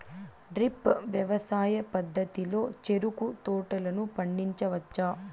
drip వ్యవసాయ పద్ధతిలో చెరుకు తోటలను పండించవచ్చా